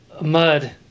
mud